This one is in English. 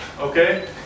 okay